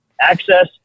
access